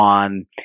on